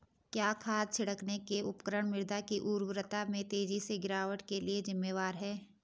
क्या खाद छिड़कने के उपकरण मृदा की उर्वरता में तेजी से गिरावट के लिए जिम्मेवार हैं?